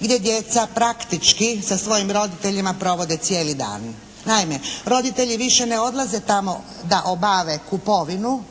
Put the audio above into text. gdje djeca praktički sa svojim roditeljima provode cijeli dan. Naime, roditelji više ne odlaze tamo da obave kupovinu